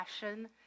passion